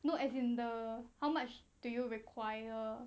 no as in the how much do you require